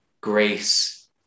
grace